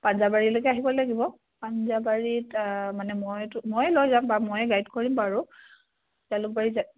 পাঞ্জাবাৰীলৈকে আহিব লাগিব পাঞ্জাবাৰীত মানে মইতো ময়ে লৈ যাম বা ময়ে গাইড কৰিম বাৰু জালুকবাৰী